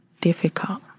difficult